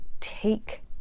take